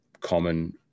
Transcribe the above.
common